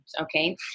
Okay